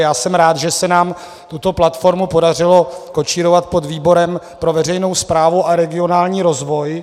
Já jsem rád, že se nám tuto platformu podařilo kočírovat pod výborem pro veřejnou správu a regionální rozvoj.